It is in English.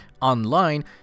online